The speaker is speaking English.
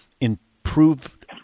improved